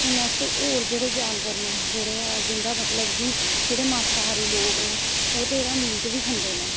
हून अस होर जेह्ड़े जानवर न जेह्ड़े जिंदा मतलव कि जेह्ड़े मासाहारी लोग न ओह् ते एह्दे मीट बी खंदे न